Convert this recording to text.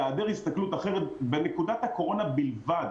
בהיעדר הסתכלות אחרת בנקודת הקורונה בלבד